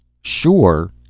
sure!